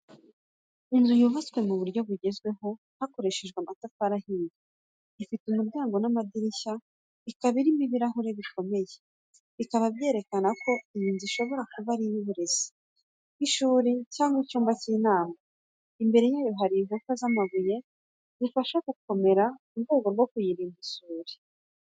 Inzu yubatswe mu buryo bugezweho hakoreshejwe amatafari ahiye. Ifite umuryango n'amadirishya, ikaba irimo ibirahuri bikomeye, bikaba byerekana ko iyi nzu ishobora kuba ari iy'uburezi, nk’ishuri cyangwa icyumba cy’inama. Imbere yayo hari inkuta z’amabuye ziyifasha gukomera mu rwego rwo kuyirinda isuri.